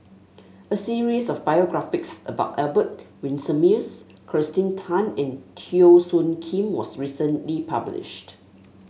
a series of biographies about Albert Winsemius Kirsten Tan and Teo Soon Kim was recently published